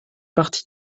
partie